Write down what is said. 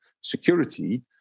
security